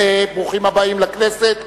ברוכים הבאים לכנסת.